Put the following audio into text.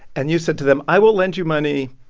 and you said to them, i will lend you money